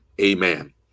Amen